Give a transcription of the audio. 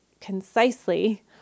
concisely